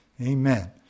Amen